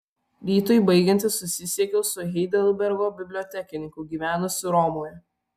rytui baigiantis susisiekiau su heidelbergo bibliotekininku gyvenusiu romoje